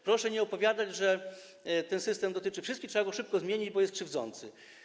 Proszę nie opowiadać, że ten system dotyczy wszystkich, że trzeba go szybko zmienić, bo jest krzywdzący.